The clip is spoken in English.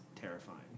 terrifying